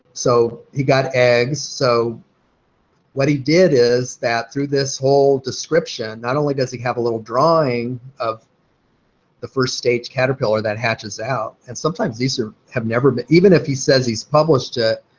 so he got eggs. so what he did is that through this whole description, not only does he have a little drawing of the first stage caterpillar that hatches out, and sometimes these have never been, even if he says he's published it,